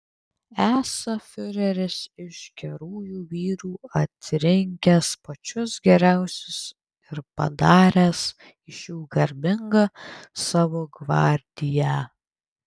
esą fiureris iš gerųjų vyrų atrinkęs pačius geriausius ir padaręs iš jų garbingą savo gvardiją